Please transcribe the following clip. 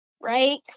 Right